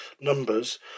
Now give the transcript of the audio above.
numbers